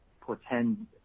pretend